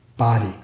body